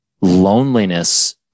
loneliness